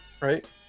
Right